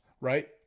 right